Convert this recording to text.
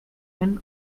end